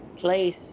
place